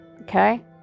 Okay